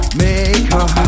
maker